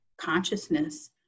consciousness